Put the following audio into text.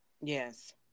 Yes